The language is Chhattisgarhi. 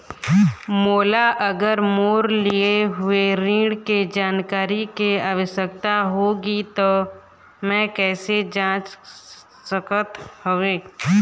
मोला अगर मोर लिए हुए ऋण के जानकारी के आवश्यकता होगी त मैं कैसे जांच सकत हव?